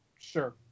Sure